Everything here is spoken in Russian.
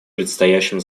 предстоящим